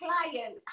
client